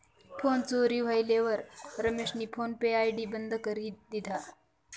phone चोरी व्हयेलवर रमेशनी फोन पे आय.डी बंद करी दिधा